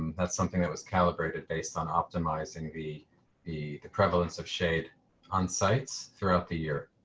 that's something that was calibrated based on optimizing the the the prevalence of shade on sites throughout the year.